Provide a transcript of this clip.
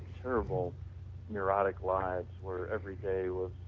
terrible neurotic lives where everyday was